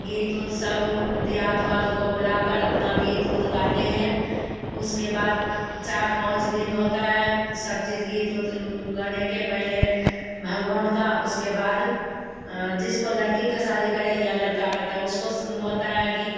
गीत ऊत सब दियाद वाद को बुलाकर अपना गीत ऊत गाते हैं उसके बाद चार पाँच दिन होता है सब चीज़ गीत ओत गाने के पहले भगवान का उसके बाद जिसको लड़की के शादी करे या लड़का का तब उसको होता है गीत